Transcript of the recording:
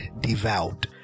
devout